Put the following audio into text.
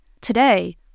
Today